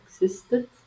existed